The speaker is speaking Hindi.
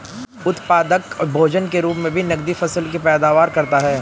उत्पादक भोजन के रूप मे भी नकदी फसल की पैदावार करता है